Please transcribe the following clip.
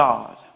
God